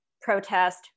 protest